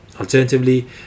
Alternatively